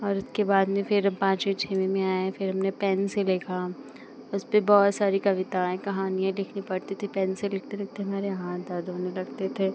और उसके बाद में फिर हम पाँचवीं छःवीं में आए फिर हमने पेन से लिखा उसपर बहुत सारी कविताएँ कहानियाँ लिखनी पड़ती थी पेन से लिखते लिखते हमारे हाथ दर्द होने लगते थे